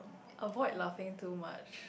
avoid laughing too much